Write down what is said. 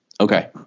Okay